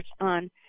on